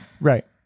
Right